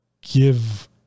give